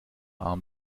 arm